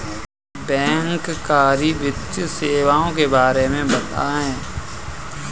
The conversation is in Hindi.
बैंककारी वित्तीय सेवाओं के बारे में बताएँ?